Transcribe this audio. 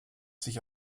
sich